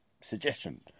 suggestion